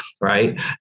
right